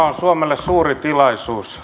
on suomelle suuri tilaisuus